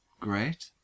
great